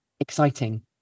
exciting